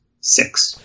six